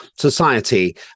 society